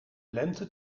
lente